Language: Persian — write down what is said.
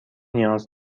نیاز